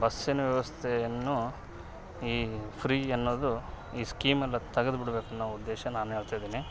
ಈ ಬಸ್ಸಿನ ವ್ಯವಸ್ಥೆಯನ್ನು ಈ ಫ್ರೀ ಅನ್ನೋದು ಈ ಸ್ಕಿಮೆಲ್ಲ ತೆಗೆದು ಬಿಡಬೇಕು ಅನ್ನೋ ಉದ್ದೇಶ ನಾನು ಹೇಳ್ತಿದ್ದೀನಿ